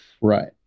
Right